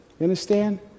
understand